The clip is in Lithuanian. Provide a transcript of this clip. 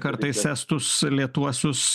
kartais estus lėtuosius